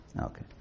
Okay